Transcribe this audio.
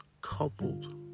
coupled